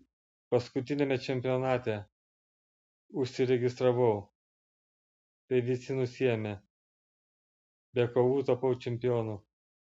paskutiniame čempionate užsiregistravau tai visi nusiėmė be kovų tapau čempionu